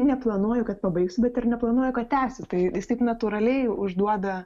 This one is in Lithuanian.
neplanuoju kad pabaigsiu bet ir neplanuoju kad tęsiu tai jis taip natūraliai užduoda